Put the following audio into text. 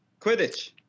Quidditch